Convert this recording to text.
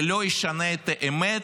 זה לא ישנה את האמת,